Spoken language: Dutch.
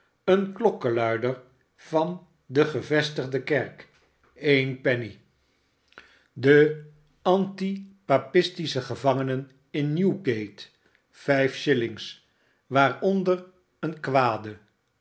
een klokkeluider van de gevestigde kerk een penny de barnaby rudge antipapistische gevangenen in newgate vijfs hillings waaronder een kwade